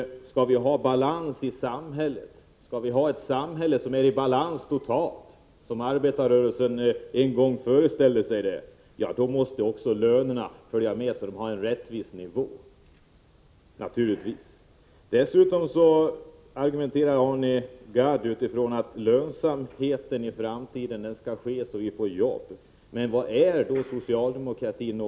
Skall vi ha ett samhälle som är i balans totalt, som arbetarrörelsen en gång föreställde sig, måste också lönerna följa med i utvecklingen, så att de ligger på en rättvis nivå. Det är en självklarhet. Arne Gadd argumenterade med utgångspunkt i att lönsamheten i framtiden skall vara sådan att vi får jobb. Var någonstans har då socialdemokratin hamnat?